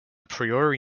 priori